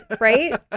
Right